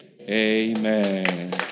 Amen